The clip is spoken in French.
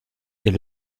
est